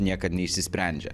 niekad neišsisprendžia